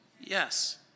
Yes